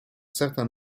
certain